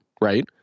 right